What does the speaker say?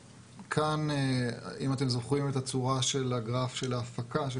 כאן אם אתם זוכרים את הצורה של הגרף של ההפקה של